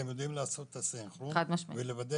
אתם יודעים לעשות את הסנכרון ולוודא